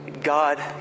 God